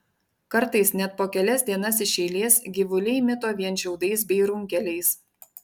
kartais net po kelias dienas iš eilės gyvuliai mito vien šiaudais bei runkeliais